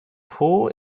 pool